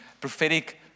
prophetic